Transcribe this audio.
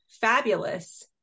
fabulous